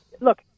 Look